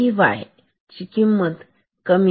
नाही आणि इथे होणार नाही